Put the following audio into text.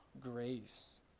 grace